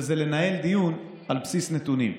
וזה לנהל דיון על בסיס נתונים.